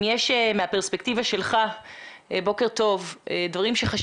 מהפרספקטיבה שלך דברים.